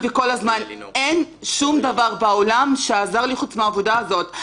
אין שום דבר בעולם שעזר לי חוץ מהעבודה הזאת.